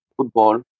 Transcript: football